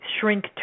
shrink